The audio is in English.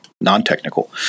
non-technical